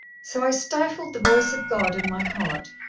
so i stifled the voice of god in my heart,